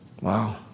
Wow